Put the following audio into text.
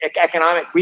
economic